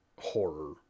horror